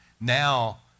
now